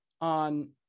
on